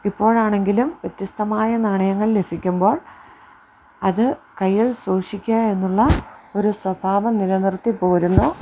ഇപ്പോൾ ആണെങ്കിലും വ്യത്യസ്തമായ നാണയങ്ങൾ ലഭിക്കുമ്പോൾ അത് കയ്യിൽ സൂക്ഷിക്കുക എന്നുള്ള ഒരു സ്വഭാവം നിലനിർത്തി പോരുന്നു